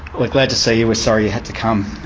we're glad to see you we're sorry you had to come.